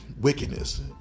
wickedness